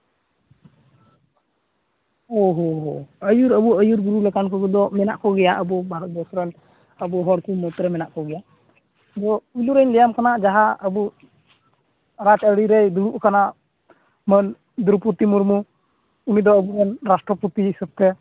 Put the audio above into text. ᱳᱦᱳ ᱦᱳ ᱟᱹᱭᱩᱨ ᱟᱵᱚ ᱟᱹᱭᱩᱨ ᱜᱩᱨᱩ ᱞᱮᱠᱟᱱ ᱠᱚᱫᱚ ᱢᱮᱱᱟᱜ ᱠᱚᱜᱮᱭᱟ ᱟᱵᱚ ᱵᱷᱟᱨᱚᱛ ᱵᱚᱨᱥᱚ ᱨᱮᱱ ᱟᱵᱚ ᱦᱚᱲ ᱠᱚ ᱢᱩᱫᱽ ᱨᱮ ᱢᱮᱱᱟᱜ ᱠᱚᱜᱮᱭᱟ ᱛᱚ ᱯᱩᱭᱞᱩ ᱨᱤᱧ ᱞᱟᱹᱭᱟᱢ ᱠᱟᱱᱟ ᱡᱟᱦᱟᱸ ᱟᱵᱚ ᱚᱱᱟ ᱛᱟᱹᱨᱤ ᱨᱮᱭ ᱫᱩᱲᱤᱵ ᱟᱠᱟᱱᱟ ᱢᱟᱹᱱ ᱫᱨᱳᱯᱚᱫᱤ ᱢᱩᱨᱢᱩ ᱩᱱᱤ ᱫᱚ ᱟᱵᱚᱨᱮᱱ ᱨᱟᱥᱴᱨᱚᱯᱚᱛᱤ ᱦᱤᱥᱟᱹᱵᱽᱛᱮ